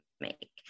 make